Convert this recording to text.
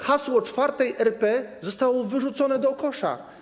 Hasło IV RP zostało wyrzucone do kosza.